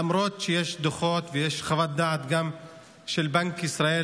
למרות שיש דוחות וגם חוות דעת של בנק ישראל,